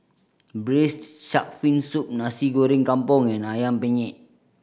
Braised Shark Fin Soup Nasi Goreng Kampung and Ayam Panggang